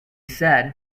said